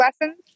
lessons